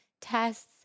tests